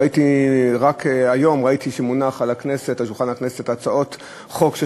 רק היום ראיתי שמונחות על שולחן הכנסת הצעות חוק של